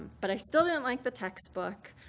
but i still didn't like the textbook.